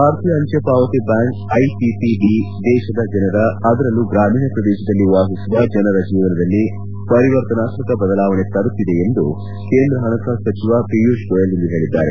ಭಾರತೀಯ ಅಂಚೆ ಪಾವತಿ ಬ್ಯಾಂಕ್ ಐಪಿಪಿಬಿ ದೇಶದ ಜನರ ಅದರಲ್ಲೂ ಗ್ರಾಮೀಣ ಪ್ರದೇಶದಲ್ಲಿ ವಾಸಿಸುವ ಜನರ ಜೀವನದಲ್ಲಿ ಪರಿವರ್ತನಾತ್ಗಕ ಬದಲಾವಣೆ ತರುತ್ತಿದೆ ಎಂದು ಕೇಂದ್ರ ಹಣಕಾಸು ಸಚಿವ ಪೀಯೂಷ್ ಗೋಯೆಲ್ ಇಂದು ತಿಳಿಸಿದ್ದಾರೆ